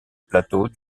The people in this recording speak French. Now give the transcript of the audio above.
plateau